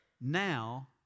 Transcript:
now